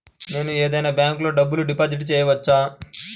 నేను ఏదైనా బ్యాంక్లో డబ్బు డిపాజిట్ చేయవచ్చా?